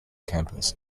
campus